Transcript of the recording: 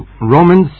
Romans